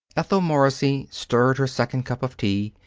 ethel morrissey stirred her second cup of tea,